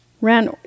Ran